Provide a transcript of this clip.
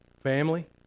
family